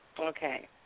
Okay